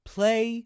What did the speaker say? Play